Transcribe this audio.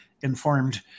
informed